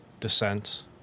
descent